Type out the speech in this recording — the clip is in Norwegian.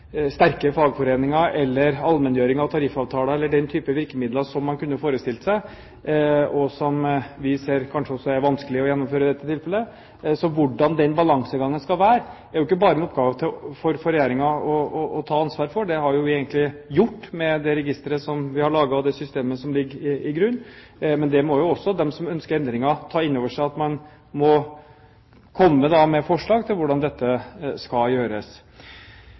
sterke fagforeninger eller allmenngjøring av tariffavtaler eller den typen virkemidler som man kunne forestilt seg å bruke, men som vi ser kanskje er vanskelig å gjennomføre i dette tilfellet. Så hvordan den balansegangen skal være, er ikke bare en oppgave for Regjeringen å ta ansvar for. Det har vi egentlig gjort med det registeret vi har laget og det systemet som ligger til grunn. Det må også de som ønsker endringer, ta inn over seg, og komme med forslag til hvordan dette skal gjøres.